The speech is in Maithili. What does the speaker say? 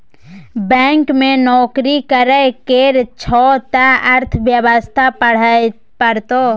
बैंक मे नौकरी करय केर छौ त अर्थव्यवस्था पढ़हे परतौ